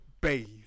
bathe